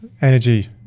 energy